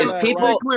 people